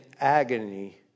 agony